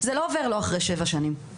זה לא עובר לו אחרי שבע שנים.